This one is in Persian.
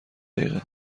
دقیقه